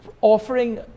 offering